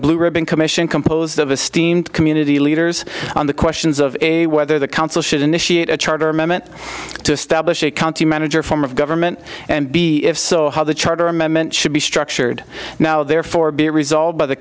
blue ribbon commission composed of a steamed community leaders on the questions of a whether the council should initiate a charter moment to establish a county manager form of government and b if so how the charter amendment should be structured now therefore be resolved by the